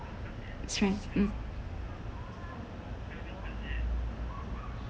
it's right mm